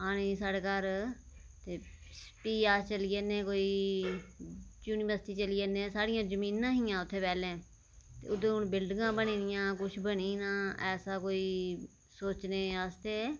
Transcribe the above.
औने ई साढ़ै घर ते भी अस चली जन्ने कोई युनिवर्सिटी चली जन्ने साढ़ियां जमीनां हियां उत्थै पैह्ले उद्धर हून बिल्डिगां बनी गेदियां किश बनी गेदा ऐसा कोई सोचने आस्तै